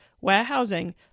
warehousing